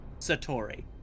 Satori